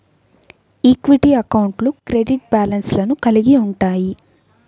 equity అకౌంట్లు credit బ్యాలెన్స్లను కలిగి ఉంటయ్యి